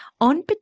On